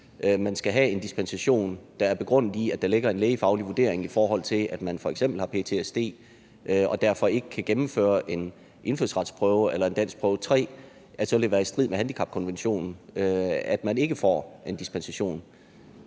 man skal have en dispensation, der er begrundet i, at der ligger en lægefaglig vurdering, i forhold til at man f.eks. har ptsd og derfor ikke kan gennemføre en indfødsretsprøve eller en danskprøve 3, så vil det være i strid med handicapkonventionen, at man ikke får en dispensation.